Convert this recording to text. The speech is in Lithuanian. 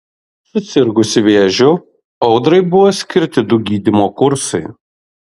susirgusi vėžiu audrai buvo skirti du gydymo kursai